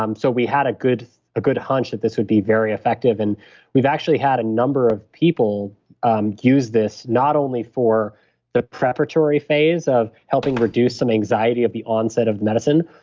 um so we had a good a good hunch that this would be very effective. and we've actually had a number of people um use this, not only for the preparatory phase of helping reduce some anxiety of the onset of medicine,